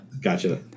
Gotcha